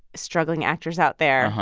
struggling actors out there,